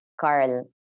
Carl